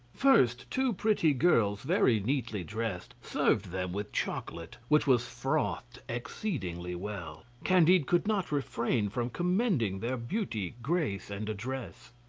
first, two pretty girls, very neatly dressed, served them with chocolate, which was frothed exceedingly well. well. candide could not refrain from commending their beauty, grace, and address.